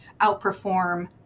outperform